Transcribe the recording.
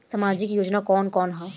सामाजिक योजना कवन कवन ह?